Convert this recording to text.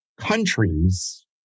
countries